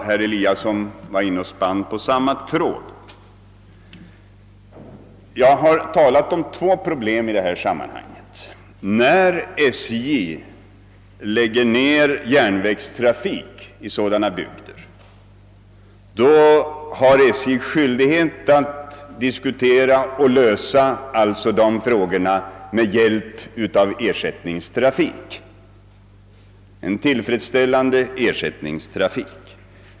Herr Eliasson i Sundborn spann på samma tråd. Jag har talat om två olika problem i detta sammanhang: när SJ lägger ner järnvägstrafiken i sådana bygder har SJ att diskutera detta med kommunerna och försöka lösa problemen genom insättande av ersättningstrafik.